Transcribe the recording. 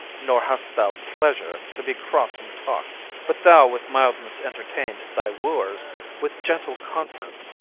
nor hast thou pleasure to be cross in talk but thou with mildness entertain'st thy wooers with gentle conference,